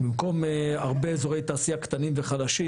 במקום הרבה אזורי תעשייה קטנים וחלשים,